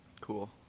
Cool